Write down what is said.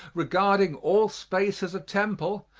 regarding all space as a temple,